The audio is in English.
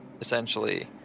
essentially